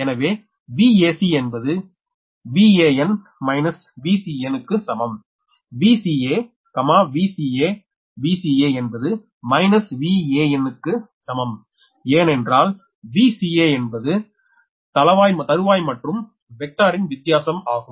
எனவே Vac என்பது Van - Vcn க்கு சமம் VcaVcaVca என்பது மைனஸ் Van க்கு சமம் ஏனென்றால் Vca என்பது தளவாய் மற்றும் வெக்டர் ன் வித்தியாசம் ஆகும்